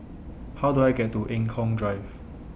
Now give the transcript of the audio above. How Do I get to Eng Kong Drive